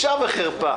בושה וחרפה.